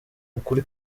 ukuri